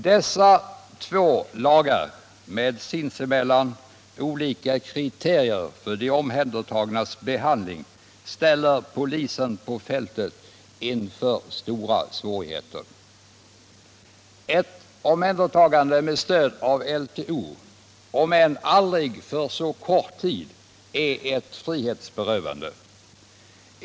Dessa två lagar med sinsemellan olika kriterier för de omhändertagnas behandling ställer polisen på fältet inför stora svårigheter. Ett omhändertagande med stöd av LTO —- om än för aldrig så kort tid — är ett frihetsberövande.